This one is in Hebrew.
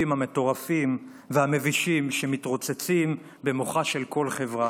המטורפים והמבישים שמתרוצצים במוחה של כל חברה,